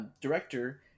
director